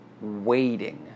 waiting